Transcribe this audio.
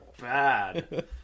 bad